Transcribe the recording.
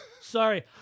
Sorry